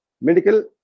medical